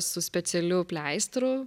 su specialiu pleistru